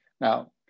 Now